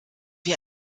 wie